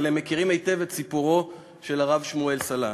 אבל הם מכירים היטב את סיפורו של הרב שמואל סלנט.